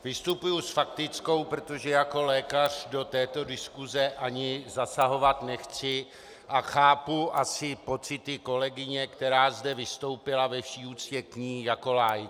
Vystupuji s faktickou, protože jako lékař do této diskuse ani zasahovat nechci, a chápu asi pocity kolegyně, která zde vystoupila, ve vší úctě k ní, jako laik.